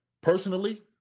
personally